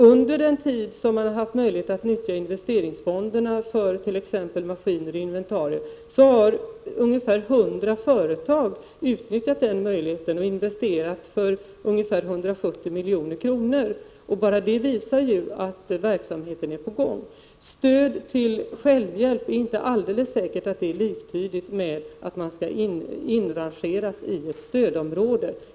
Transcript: Under den tid som man har haft möjlighet att nyttja investeringsfonderna för t.ex. maskiner och inventarier har ungefär 100 företag utnyttjat denna möjlighet och investerat för ca 170 milj.kr. Bara detta visar ju att verksamheten är i gång. Det är inte alldeles säkert att stöd till självhjälp är liktydigt med att man skall inrangeras i ett stödområde.